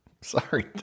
Sorry